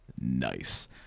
Nice